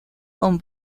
con